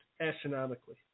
astronomically